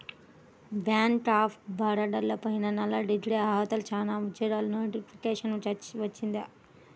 bank of బరోడాలో పోయిన నెలలో డిగ్రీ అర్హతతో చానా ఉద్యోగాలకు నోటిఫికేషన్ వచ్చింది